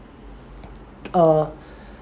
uh